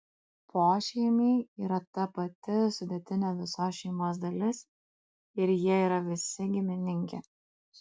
pošeimiai yra ta pati sudėtinė visos šeimos dalis ir jie yra visi giminingi